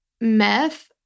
meth